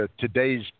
today's